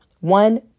One